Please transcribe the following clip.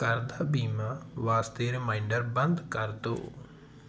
ਘਰ ਦਾ ਬੀਮਾ ਵਾਸਤੇ ਰੀਮਾਈਂਡਰ ਬੰਦ ਕਰ ਦਿਉ